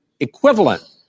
equivalent